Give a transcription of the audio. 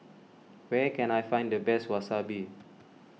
where can I find the best Wasabi